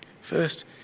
first